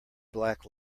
black